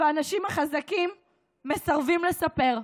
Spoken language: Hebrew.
ואנשים חזקים מסרבים לספר.